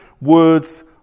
words